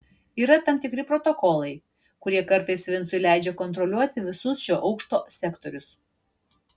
yra tam tikri protokolai kurie kartais vincui leidžia kontroliuoti visus šio aukšto sektorius